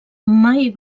mai